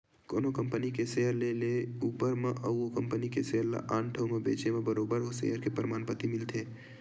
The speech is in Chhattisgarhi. कोनो कंपनी के सेयर ल लेए ऊपर म अउ ओ कंपनी के सेयर ल आन ठउर म बेंचे म बरोबर ओ सेयर के परमान पाती मिलथे